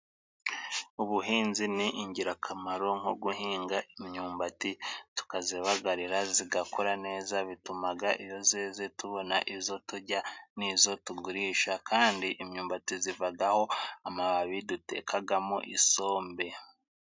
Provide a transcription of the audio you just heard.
Ubuhinzi ni ingirakamaro nko guhinga imyumbati tukazibagarira zigakura neza, bitumaga iyo zeze tubona izo tujya n'izo tugurisha kandi imyumbati zivaho amababi dutekagamo isombe.